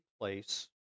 place